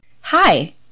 Hi